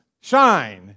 Shine